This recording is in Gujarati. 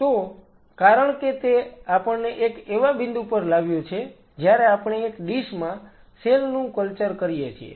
તો કારણ કે તે આપણને એક એવા બિંદુ પર લાવ્યું છે જ્યારે આપણે એક ડીશ માં સેલ નું કલ્ચર કરીએ છીએ